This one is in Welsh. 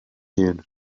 hun